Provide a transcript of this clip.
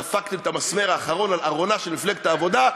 דפקתם את המסמר האחרון על ארונה של מפלגת העבודה,